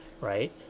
right